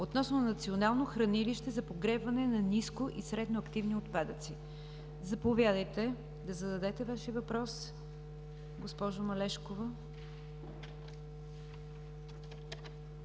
относно Национално хранилище за погребване на ниско и средно активни отпадъци. Заповядайте, да зададете Вашия въпрос, госпожо Малешкова.